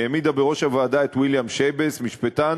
היא העמידה בראש הוועדה את ויליאם שייבס, משפטן